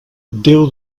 déu